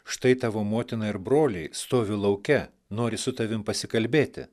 štai tavo motina ir broliai stovi lauke nori su tavimi pasikalbėti